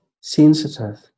sensitive